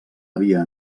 havia